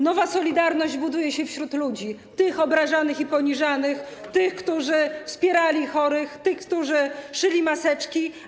Nowa solidarność buduje się wśród ludzi, tych obrażanych i poniżanych, tych, którzy wspierali chorych, tych, którzy szyli maseczki.